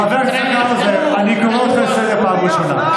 חבר הכנסת האוזר, אני קורא אותך לסדר פעם ראשונה.